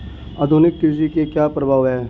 आधुनिक कृषि के क्या प्रभाव हैं?